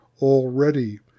already